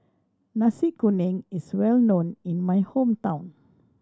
Nasi Kuning is well known in my hometown